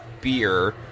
beer